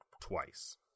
twice